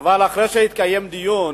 אבל אחרי שהתקיים דיון